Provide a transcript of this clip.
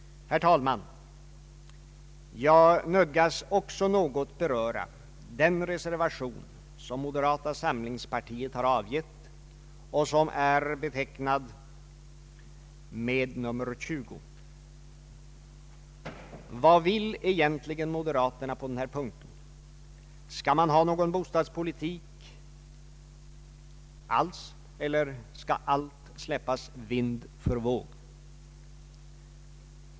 Herr talman! Jag nödgas också något beröra den reservation som moderata samlingspartiet har avgivit och som är betecknad med nr 20. Vad vill egentligen moderaterna på den här punkten? Skall man ha någon bostadspolitik alls, eller skall allt släppas vind för våg?